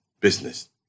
business